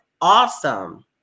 awesome